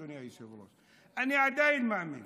אדוני היושב-ראש: אני עדיין מאמין